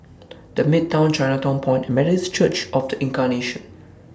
The Midtown Chinatown Point and Methodist Church of The Incarnation